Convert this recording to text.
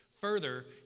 Further